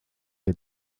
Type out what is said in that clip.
que